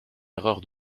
erreur